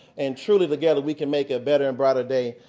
and truly together we can make a better and brighter day.